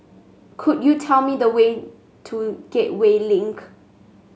could you tell me the way to Gateway Link